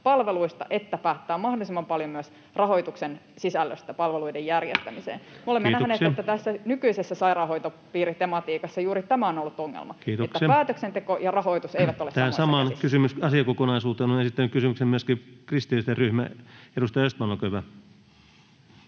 että päättää mahdollisimman paljon myös palveluiden järjestämisen rahoituksen sisällöstä. [Puhemies huomauttaa ajasta] Me olemme nähneet, että tässä nykyisessä sairaanhoitopiiritematiikassa juuri tämä on ollut ongelma, [Puhemies: Kiitoksia!] että päätöksenteko ja rahoitus eivät ole samoissa käsissä. Tähän samaan asiakokonaisuuteen on esittänyt kysymyksen myöskin kristillisten ryhmä. — Edustaja Östman, olkaa hyvä.